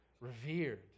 revered